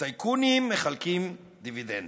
הטייקונים מחלקים דיבידנדים.